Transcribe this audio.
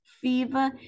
fever